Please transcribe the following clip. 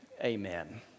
amen